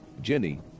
Jenny